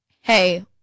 hey